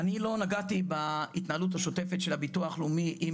אני לא נגעתי בהתנהלות השוטפת של הביטוח לאומי עם